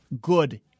good